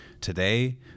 today